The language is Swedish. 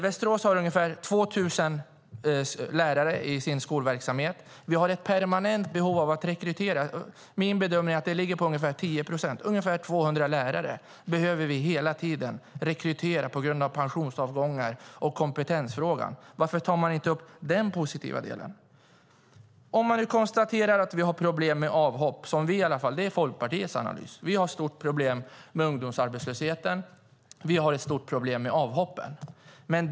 Västerås har ungefär 2 000 lärare i sin skolverksamhet. Vi har ett permanent behov av att rekrytera. Min bedömning är att det ligger på ungefär 10 procent. Ungefär 200 lärare behöver vi hela tiden rekrytera på grund av pensionsavgångar och kompetensfrågan. Varför tar man inte upp den positiva delen? Vi konstaterar att vi har ett stort problem med avhopp. Det är Folkpartiets analys. Vi har stort problem med ungdomsarbetslösheten och med avhoppen.